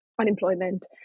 unemployment